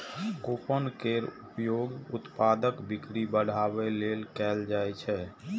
coupon केर उपयोग उत्पादक बिक्री बढ़ाबै लेल कैल जाइ छै